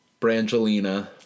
Brangelina